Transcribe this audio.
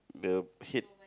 the head